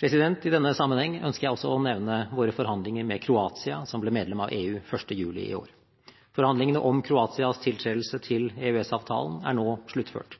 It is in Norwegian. I denne sammenheng ønsker jeg også å nevne våre forhandlinger med Kroatia, som ble medlem av EU 1. juli i år. Forhandlingene om Kroatias tiltredelse til EØS-avtalen er nå sluttført.